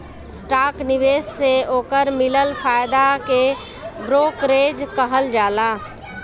stock निवेश से ओकर मिलल फायदा के ब्रोकरेज कहल जाला